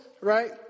right